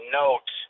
note